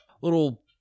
little